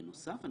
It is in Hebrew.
בנוסף,